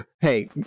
Hey